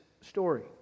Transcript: story